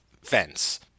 fence